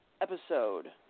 episode